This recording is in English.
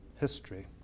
history